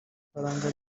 ifaranga